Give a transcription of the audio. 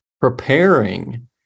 preparing